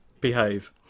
Behave